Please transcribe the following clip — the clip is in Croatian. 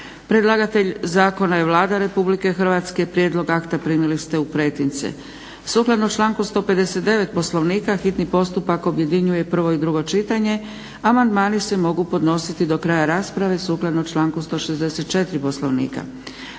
Predlagatelj zakona je Vlada RH. Prijedlog akta primili ste u pretince. Sukladno članku 159. Poslovnika hitni postupak objedinjuje prvo i drugo čitanje. Amandmani se mogu podnositi do kraja rasprave sukladno članku 164. Poslovnika.